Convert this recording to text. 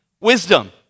Wisdom